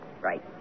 Right